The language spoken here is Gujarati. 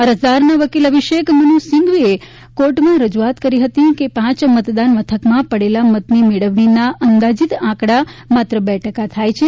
અરજદારના વકીલ અભિષેક મનુ સિંઘવીએ કોર્ટમાં રજૂઆત કરી હતી કે પાંચ મતદાન મથકમાં પડેલા મતની મેળવણીના અંદાજીત આંકડા માત્ર બે ટકા થાય છે